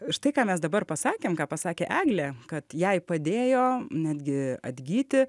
štai ką mes dabar pasakėm ką pasakė eglė kad jai padėjo netgi atgyti